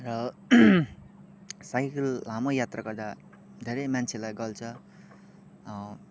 र साइकल लामो यात्रा गर्दा धेरै मान्छेलाई गल्छ